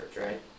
right